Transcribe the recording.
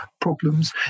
problems